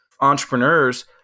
entrepreneurs